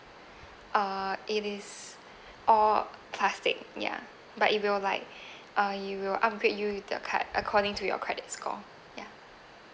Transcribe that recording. uh it is all plastic ya but it will like uh it will upgrade you the card according to your credit score ya